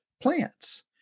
plants